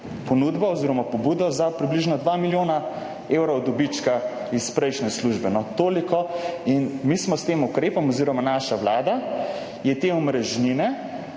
ponudbo oziroma pobudo za približno 2 milijona evrov dobička iz prejšnje službe. No, toliko. Mi smo s tem ukrepom oziroma naša vlada je te omrežnine